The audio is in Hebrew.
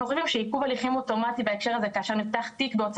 אנחנו מדברים על חיילים שנושאים איתם את נתון